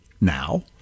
now